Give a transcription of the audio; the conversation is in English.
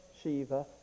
Shiva